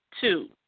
two